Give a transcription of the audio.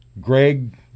Greg